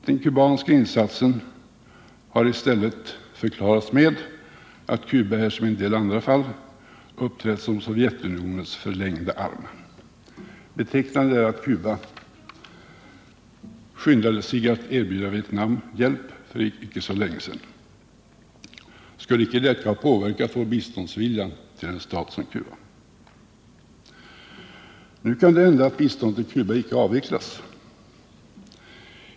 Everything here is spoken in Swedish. Den kubanska insatsen har i stället förklarats med att Cuba, här som i en del andra fall, uppträtt som Sovjetunionens förlängda arm. Betecknande är att Cuba skyndade sig att erbjuda Vietnam hjälp för icke så länge sedan. Skulle icke detta ha påverkat vår vilja till bistånd till en stat som Cuba? Nu kan det hända att biståndet till Cuba icke avvecklas.